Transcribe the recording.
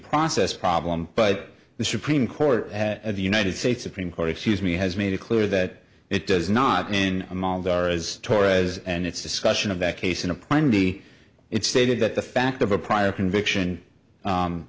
process problem but the supreme court of the united states supreme court excuse me has made it clear that it does not in a mandara as torres and it's discussion of that case an appointee it's stated that the fact of a prior conviction